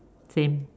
same